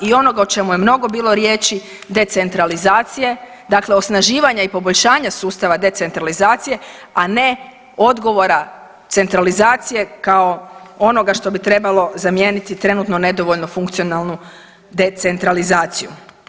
I onoga o čemu je mnogo bilo riječi decentralizacije, dakle osnaživanja i poboljšanja sustava decentralizacije a ne odgovora centralizacije kao onoga što bi trebalo zamijeniti trenutno nedovoljno funkcionalnu decentralizaciju.